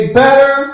better